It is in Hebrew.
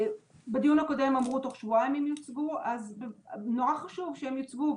בדיון הקודם אמרו שהן יוצגו תוך שבועיים נורא חשוב שהן יוצגו.